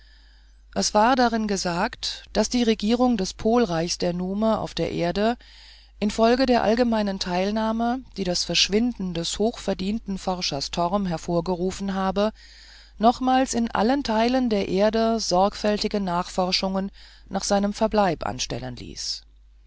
es war darin gesagt daß die regierung des polreichs der nume auf der erde infolge der allgemeinen teilnahme die das verschwinden des hochverdienten forschers torm hervorgerufen habe nochmals in allen teilen der erde sorgfältige nachforschungen nach seinem verbleib anstellen ließe